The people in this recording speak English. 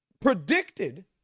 predicted